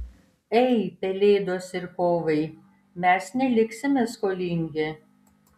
ei pelėdos ir kovai mes neliksime skolingi